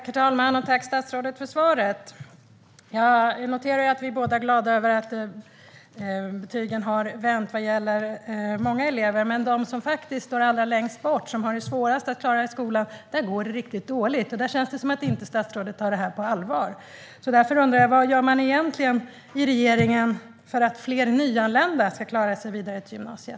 Herr talman! Tack, statsrådet, för svaret! Jag noterar att vi båda är glada över att betygen har vänt vad gäller många elever. Men för dem som står allra längst bort och har svårast att klara skolan går det riktigt dåligt. Där känns det som om statsrådet inte tar detta på allvar. Därför undrar jag: Vad gör man egentligen i regeringen för att fler nyanlända ska klara sig vidare till gymnasiet?